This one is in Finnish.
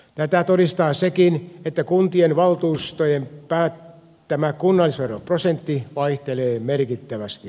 tätä todistaa sekin että kuntien valtuustojen päättämä kunnallisveroprosentti vaihtelee merkittävästi